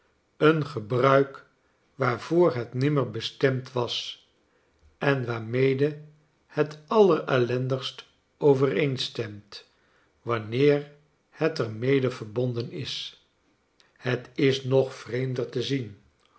een gebruik waarvoor het nimmer bestemd was en waarmede het allerellendigstovereenstemt wanneer het er mede verbonden is het is nog vreemder te zien